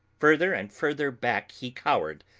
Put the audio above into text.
further and further back he cowered,